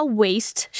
waste